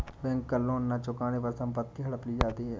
bank का loan न चुकाने पर संपत्ति हड़प ली जाती है